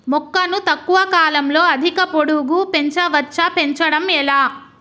మొక్కను తక్కువ కాలంలో అధిక పొడుగు పెంచవచ్చా పెంచడం ఎలా?